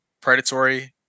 predatory